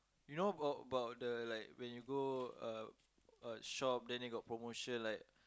you know bout about the like when you go uh uh shop then they got promotion like